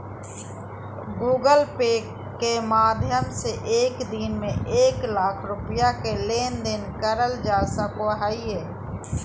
Google Pay के माध्यम से एक दिन में एक लाख रुपया के लेन देन करल जा सको हय